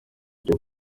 jay